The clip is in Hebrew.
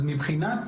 אז מבחינת